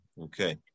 Okay